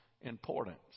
importance